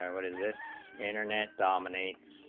what is this internet, um and makes